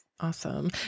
Awesome